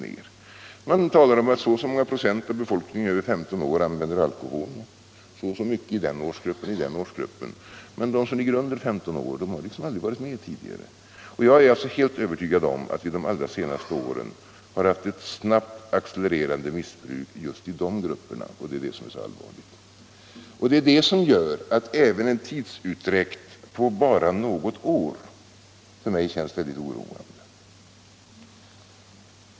I statistiken talar man om att så och så många procent av befolkningen över 15 år använder alkohol — de som är under 15 år har aldrig varit med. Jag är alltså helt övertygad om att vi de allra senaste åren har haft ett snabbt accelererande missbruk just i de grupperna, vilket är mycket allvarligt. Det gör att även en tidsutdräkt på bara något år för mig känns väldigt oroande.